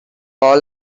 all